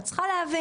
את צריכה להבין,